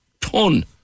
ton